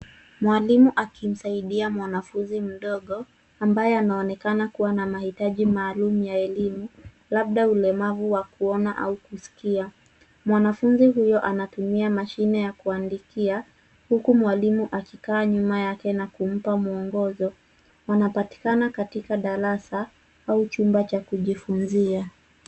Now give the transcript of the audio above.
Mwalimu akimsaidia mwanafunzi mdogo ambaye anaonekana kuwa na mahitaji maalum ya elimu, labda ulemavu wa kuona au kuskia. Mwanafunzi huyo anatumia mashine ya kuandikia, huku mwalimu akikaa nyuma yake na kumpa mwongozo. Wanapatikana katika darasa au chumba cha kujifunzia.